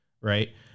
Right